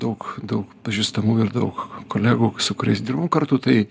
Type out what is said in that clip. daug daug pažįstamų ir daug kolegų su kuriais dirbam kartu tai